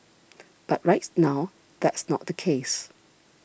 but right now that's not the case